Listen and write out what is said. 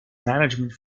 management